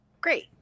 great